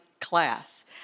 class